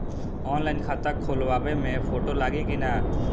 Online खाता खोलबाबे मे फोटो लागि कि ना?